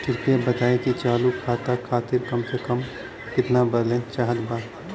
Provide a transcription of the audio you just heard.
कृपया बताई कि चालू खाता खातिर कम से कम केतना बैलैंस चाहत बा